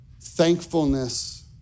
Thankfulness